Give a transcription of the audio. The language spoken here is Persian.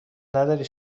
نداری